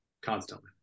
constantly